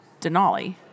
Denali